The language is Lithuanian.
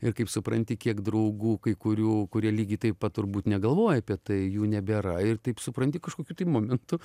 ir kaip supranti kiek draugų kai kurių kurie lygiai taip pat turbūt negalvoja apie tai jų nebėra ir taip supranti kažkokiu tai momentu